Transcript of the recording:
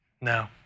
No